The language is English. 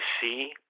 see